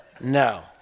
No